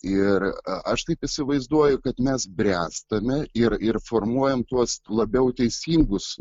ir aš taip įsivaizduoju kad mes bręstame ir ir formuojam tuos labiau teisingus